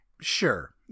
sure